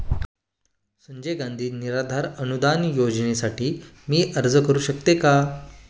संजय गांधी निराधार अनुदान योजनेसाठी मी अर्ज करू शकते का?